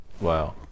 wow